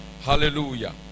hallelujah